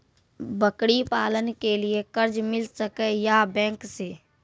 बकरी पालन के लिए कर्ज मिल सके या बैंक से?